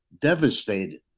devastated